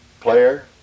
player